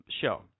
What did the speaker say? show